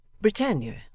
Britannia